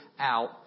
out